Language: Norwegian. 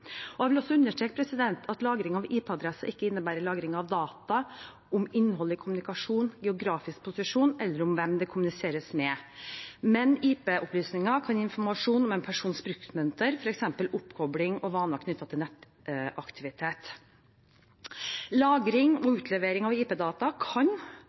Jeg vil også understreke at lagring av IP-adresser ikke innebærer lagring av data om innholdet i kommunikasjonen, geografisk posisjon eller om hvem det kommuniseres med. Men IP- opplysninger kan gi informasjon om en persons bruksmønster, f.eks. oppkobling og vaner knyttet til nettaktivitet. Lagring og utlevering av IP-data kan